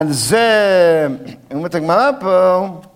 על זה, אומרת הגמרא פה...